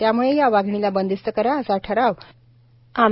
त्यामुळे या वाघिणीला बंदिस्त करा असा ठराव आ